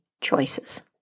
choices